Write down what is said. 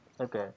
Okay